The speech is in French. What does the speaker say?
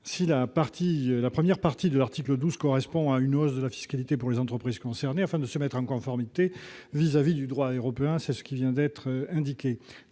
la première partie de l'article 12 correspond à une hausse de la fiscalité pour les entreprises concernées afin de nous mettre en conformité avec le droit européen, cela vient d'être indiqué.